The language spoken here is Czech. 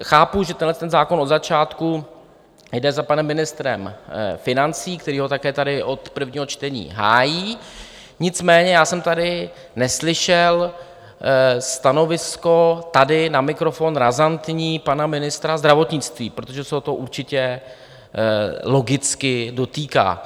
Chápu, že tenhle zákon od začátku jde za panem ministrem financí, který ho také tady od prvního čtení hájí, nicméně já jsem tady neslyšel stanovisko, tady na mikrofon, razantní, pana ministra zdravotnictví, protože se ho to určitě logicky dotýká.